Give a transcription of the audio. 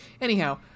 anyhow